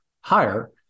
higher